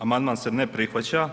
Amandman se ne prihvaća.